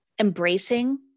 embracing